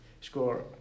score